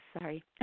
sorry